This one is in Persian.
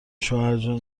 شوهرجان